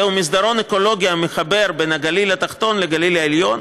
זהו מסדרון אקולוגי המחבר בין הגליל התחתון לגליל העליון,